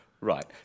Right